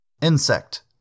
insect